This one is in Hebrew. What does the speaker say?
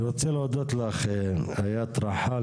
אני רוצה להודות לך איאת רחאל,